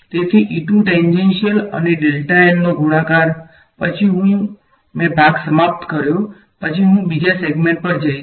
તેથી ટેંજેંશીયલ અનેનો ગુણાકાર પછી હુ મે ભાગ સમાપ્ત કર્યો પછી હું બીજા સેગ્મેંટ પર જઈશ